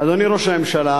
אדוני ראש הממשלה,